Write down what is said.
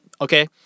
Okay